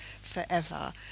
forever